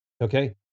okay